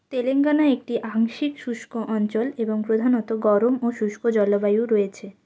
তেলেঙ্গানা একটি আংশিক শুষ্ক অঞ্চল এবং প্রধানত গরম ও শুষ্ক জলবায়ু রয়েছে